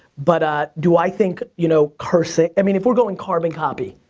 but ah do i think, you know, cursing, i mean, if we're going carbon copy,